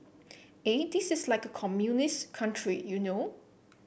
eh this is like a communist country you know